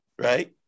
right